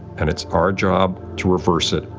and it's our job to reverse it,